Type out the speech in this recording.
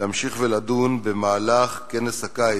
להמשיך ולדון במהלך כנס הקיץ,